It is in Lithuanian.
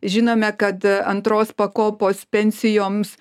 žinome kad antros pakopos pensijoms